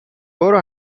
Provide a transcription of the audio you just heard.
برو